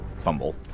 fumble